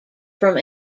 from